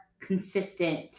consistent